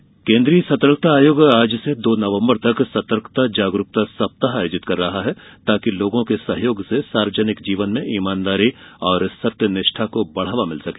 सतर्कता सप्ताह केन्द्रीय सतर्कता आयोग आज से दो नवम्बर तक सतर्कता जागरूकता सप्ताह आयोजित कर रहा है ताकि लोगों के सहयोग से सार्वजनिक जीवन में ईमानदारी और सत्य निष्ठा् को बढ़ावा मिल सके